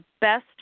best